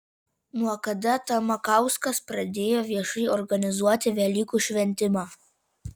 nuo kada tamakauskas pradėjo viešai organizuoti velykų šventimą